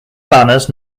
banners